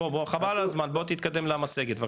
חבל על הזמן, בוא תתקדם למצגת.